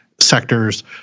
sectors